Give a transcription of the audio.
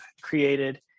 created